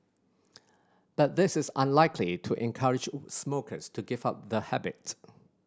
but this is unlikely to encourage smokers to give up the habit